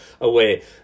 away